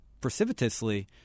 precipitously